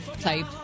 type